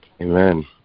Amen